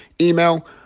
Email